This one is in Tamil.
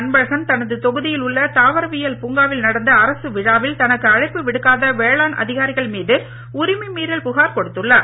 அன்பழகன் தனது தொகுதியில் உள்ள தாவரவியல் பூங்காவில் நடந்த அரசு விழாவில் தனக்கு அழைப்பு விடுக்காத வேளாண் அதிகாரிகள் மீது உரிமை மீறல் புகார் கொடுத்துள்ளார்